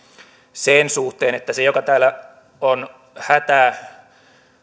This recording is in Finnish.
sen suhteen että se joka täällä on hätää